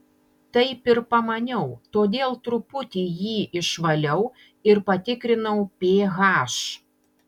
taip ir pamaniau todėl truputį jį išvaliau ir patikrinau ph